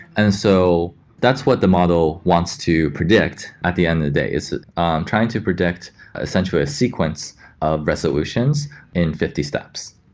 and so that's what the model wants to predict at the end of the day, is um trying to predict essentially a sequence of resolutions in fifty steps.